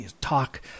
talk